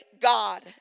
God